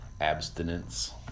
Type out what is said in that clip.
Abstinence